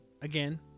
Again